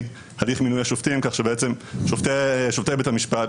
הליך מינוי השופטים כך שבעצם שופטי בית המשפט,